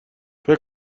فکر